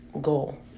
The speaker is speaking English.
Goal